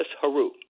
Haru